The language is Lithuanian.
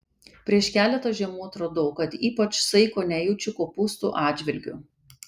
prieš keletą žiemų atradau kad ypač saiko nejaučiu kopūstų atžvilgiu